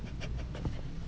would you could that the